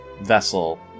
vessel